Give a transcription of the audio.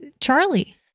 Charlie